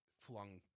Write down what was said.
flung